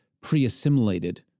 pre-assimilated